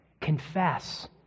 confess